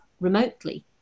remotely